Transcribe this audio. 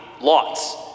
lots